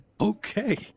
Okay